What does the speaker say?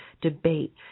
debate